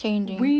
changing